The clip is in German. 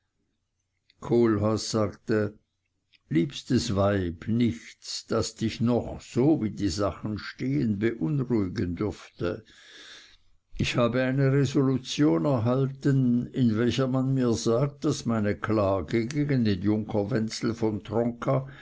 kohlhaas sagte liebstes weib nichts das dich noch so wie die sachen stehn beunruhigen dürfte ich habe eine resolution erhalten in welcher man mir sagt daß meine klage gegen den junker wenzel von tronka